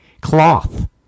Cloth